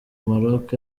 maroc